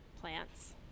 plants